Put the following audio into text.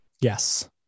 Yes